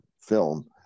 film